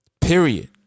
Period